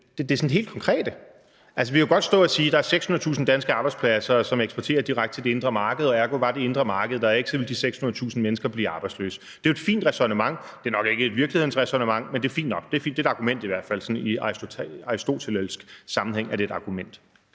det er det helt konkrete. Altså, vi kan godt stå og sige, at der er 600.000 danske arbejdspladser, som eksporterer direkte til det indre marked, og ergo, hvis det indre marked ikke var der, ville de 600.000 mennesker blive arbejdsløse. Det er jo et fint ræsonnement – det er nok ikke et ræsonnement, der har hold i virkeligheden, men det er fint nok. Det er i hvert fald et argument – i aristotelisk sammenhæng er det et argument,